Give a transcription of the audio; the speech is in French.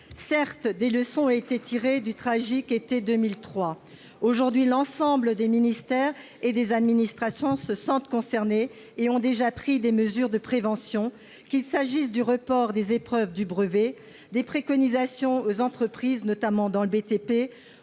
Certes, des leçons ont été tirées du tragique été 2003. Aujourd'hui, l'ensemble des ministères et des administrations se sentent concernés et ont déjà pris des mesures de prévention, qu'il s'agisse du report des épreuves du brevet, des préconisations aux entreprises, notamment dans le BTP,